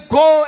go